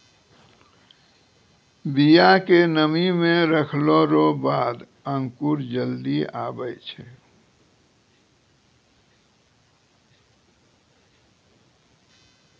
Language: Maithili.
बिया के नमी मे रखलो रो बाद अंकुर जल्दी आबै छै